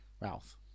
Ralph